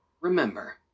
Remember